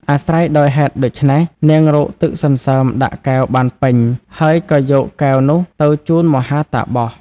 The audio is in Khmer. អាស្រ័យដោយហេតុដូច្នេះ នាងរកទឹកសន្សើមដាក់កែវបានពេញ ហើយក៏យកកែវនោះទៅជូនមហាតាបស។